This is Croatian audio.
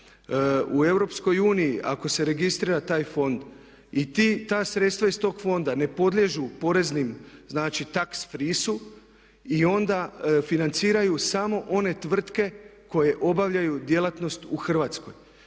u EU ako se registrira taj fond i ta sredstva iz tog fonda ne podliježu poreznim, znači tax free-u i onda financiraju samo one tvrtke koje obavljaju djelatnost u Hrvatskoj.